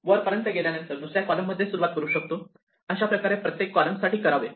वर पर्यंत गेल्यानंतर दुसऱ्या कॉलम मध्ये सुरुवात करू शकतो अशाप्रकारे प्रत्येक कॉलम साठी करावे